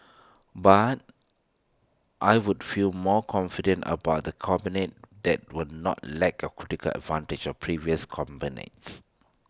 but I would feel more confident about A cabinet that will not lack A crucial advantage of previous cabinets